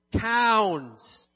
towns